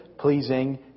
pleasing